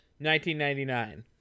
1999